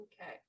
okay